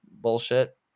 bullshit